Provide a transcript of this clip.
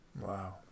Wow